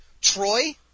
Troy